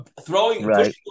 Throwing